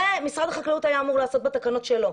את זה משרד החקלאות היה אמור לעשות בתקנות שלו,